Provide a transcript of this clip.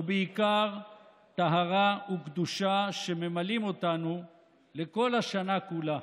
ובעיקר טהרה וקדושה שממלאים אותנו לכל השנה כולה.